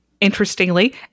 interestingly